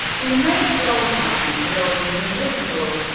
in most gold mines the gold is invisible.